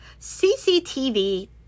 CCTV